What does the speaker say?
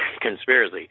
conspiracy